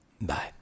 bye